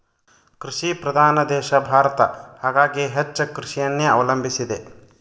ಕೃಷಿ ಪ್ರಧಾನ ದೇಶ ಭಾರತ ಹಾಗಾಗಿ ಹೆಚ್ಚ ಕೃಷಿಯನ್ನೆ ಅವಲಂಬಿಸಿದೆ